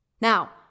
Now